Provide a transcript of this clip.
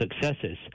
successes